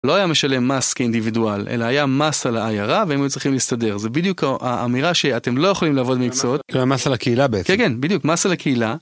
לא היה משלם מס כאינדיבידואל, אלא היה מס על העיירה, והם היו צריכים להסתדר. זה בדיוק האמירה שאתם לא יכולים לעבוד מקצועות. זה היה מס על הקהילה בעצם. כן, כן, בדיוק, מס על הקהילה.